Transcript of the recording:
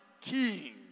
king